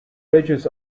ridges